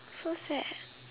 so sad